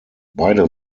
beide